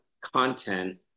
content